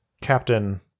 Captain